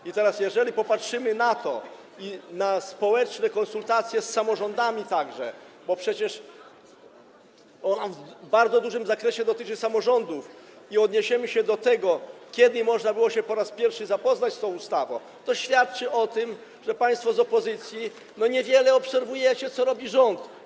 I teraz, jeżeli popatrzymy na to - i na społeczne konsultacje z samorządami także, bo przecież ona w bardzo dużym zakresie dotyczy samorządów - i odniesiemy się do tego, kiedy można było się po raz pierwszy zapoznać z tą ustawą, to okaże się, że świadczy to o tym, że państwo z opozycji niewiele obserwujecie z tego, co robi rząd.